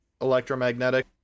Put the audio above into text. Electromagnetic